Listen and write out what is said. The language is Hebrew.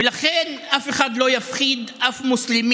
ולכן, אף אחד לא יפחיד אף מוסלמי,